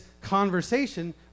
conversation